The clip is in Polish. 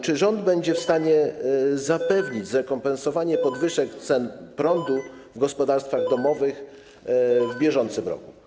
Czy rząd będzie w stanie zapewnić zrekompensowanie podwyżek cen prądu w gospodarstwach domowych w bieżącym roku?